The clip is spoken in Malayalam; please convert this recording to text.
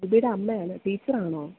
ആൽബിയുടെ അമ്മയാണ് ടീച്ചറാണോ